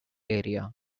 area